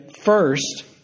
first